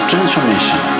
transformation